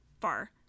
far